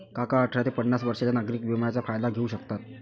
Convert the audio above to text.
काका अठरा ते पन्नास वर्षांच्या नागरिक विम्याचा फायदा घेऊ शकतात